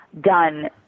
done